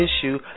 issue